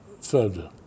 further